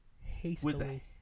Hastily